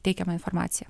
teikiama informacija